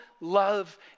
love